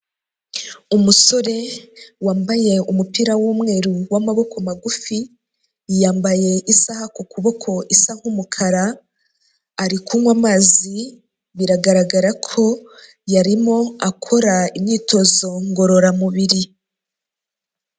Umusore wambaye umupira w'umweru w'amaboko magufi, yambaye isaha ku kuboko isa nk'umukara, ari kunywa amazi, biragaragara ko yarimo akora imyitozo ngororamubiri.